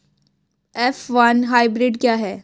F one hybrid क्या है?